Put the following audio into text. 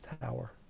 tower